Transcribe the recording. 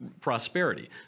prosperity